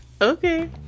Okay